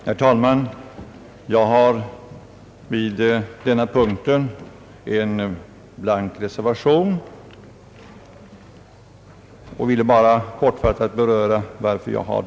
Herr talman! Jag har vid denna punkt en blank reservation och ville bara kortfattat beröra varför.